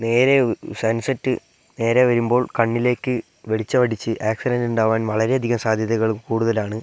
നേരെ സൺസെറ്റ് നേരെ വരുമ്പോൾ കണ്ണിലേക്ക് വെളിച്ചമടിച്ച് ആക്സിഡൻ്റ് ഉണ്ടാകാൻ വളരെയധികം സാധ്യതകള് കൂടുതലാണ്